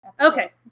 Okay